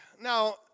Now